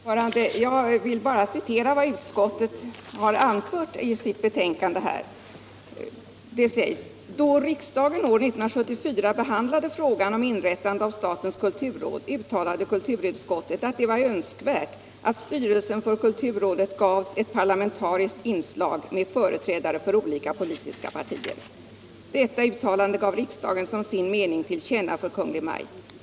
Herr talman! Jag vill bara citera vad utskottet har anfört i sitt betänkande. Där sägs: ”Då riksdagen år 1974 behandlade frågan om inrättande av statens kulturråd uttalade kulturutskottet att det var önskvärt att styrelsen för kulturrådet gavs ett parlamentariskt inslag med företrädare för olika politiska partier. Detta uttalande gav riksdagen som sin mening till känna för Kungl. Maj:t.